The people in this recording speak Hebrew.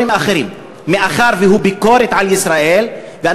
ולא רוצה לדעת איך העולם רואה אותה ואת המעשים של צה"ל בשטחים הכבושים,